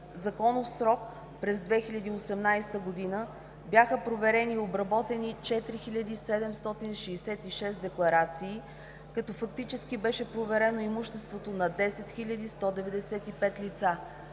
законов срок през 2018 г. бяха проверени и обработени 4 хил. 766 декларации, като фактически беше проверено имуществото на 10 хил.